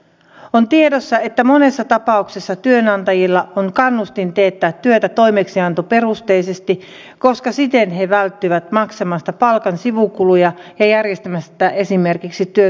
on tiedossa että monessa tapauksessa työnantajilla on kannustin teettää työtä toimeksiantoperusteisesti koska siten he välttyvät maksamasta palkan sivukuluja ja järjestämästä esimerkiksi työterveydenhuoltoa